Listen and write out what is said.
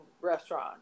restaurant